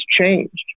changed